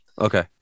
Okay